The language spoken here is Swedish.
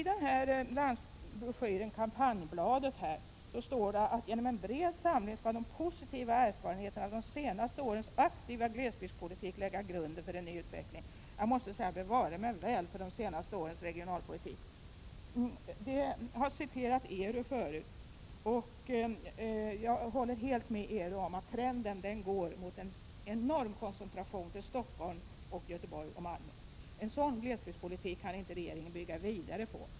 79 I kampanjbladet står det: ”Genom en bred samling skall de positiva erfarenheterna av de senaste årens aktiva glesbygdspolitik lägga grunden för en ny utveckling ——.” Jag måste säga: Bevare mig väl för de senaste årens regionalpolitik! Jag har tidigare citerat ERU, och jag håller helt med ERU om att trenden går mot en enorm koncentration till Stockholm, Göteborg och Malmö. En sådan glesbygdspolitik kan regeringen inte bygga vidare på.